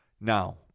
Now